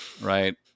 right